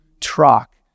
truck